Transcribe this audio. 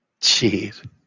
Jeez